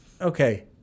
Okay